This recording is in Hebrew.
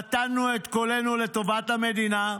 נתנו את קולנו לטובת המדינה,